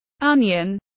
Onion